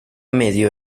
medio